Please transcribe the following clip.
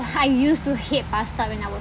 I used to hate pasta when I was